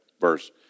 verse